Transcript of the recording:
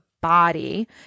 body